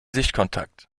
sichtkontakt